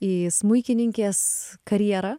į smuikininkės karjerą